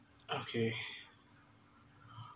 okay